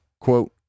Quote